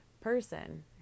person